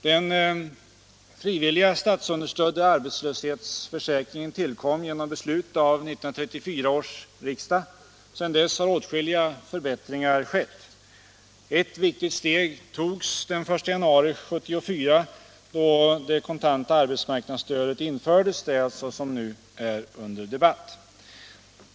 Den frivilliga statsunderstödda arbetslöshetsförsäkringen tillkom genom beslut av 1934 års riksdag. Sedan dess har åtskilliga förbättringar skett. Ett viktigt steg togs den 1 januari 1974 då det kontanta arbetsmarknadsstödet infördes, det stöd som alltså nu är under debatt.